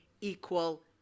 equal